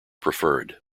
preferred